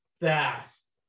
fast